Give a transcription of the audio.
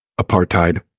apartheid